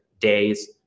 days